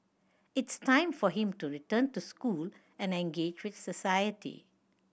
it's time for him to return to school and engage with society